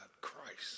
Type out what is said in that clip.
Christ